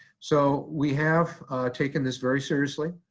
so we have taken this very seriously.